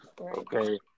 Okay